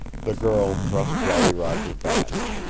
the girl thrust jolly roger back.